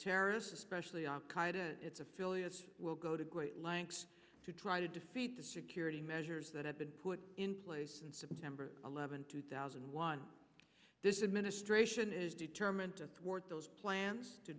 terrorists especially its affiliates will go to great lengths to try to defeat the security measures that have been put in place and september eleventh two thousand and one this is ministration is determined to thwart those plans to